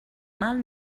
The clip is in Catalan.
mal